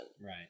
Right